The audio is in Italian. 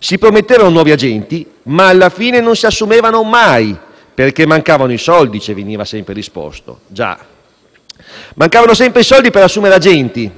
Si promettevano nuovi agenti ma, alla fine, non si assumevano mai perché - veniva sempre risposto - mancavano i soldi. Già, mancavano sempre i soldi per assumere agenti;